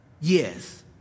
Yes